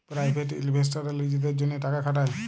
private ইলভেস্টাররা লিজেদের জ্যনহে টাকা খাটায়